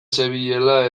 zebilela